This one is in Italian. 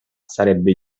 sarebbe